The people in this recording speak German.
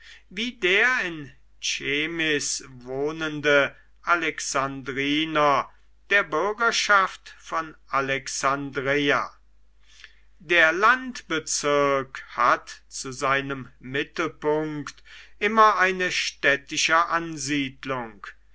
wie der in chemmis wohnende alexandriner der bürgerschaft von alexandreia der landbezirk hat zu seinem mittelpunkt immer eine städtische ansiedlung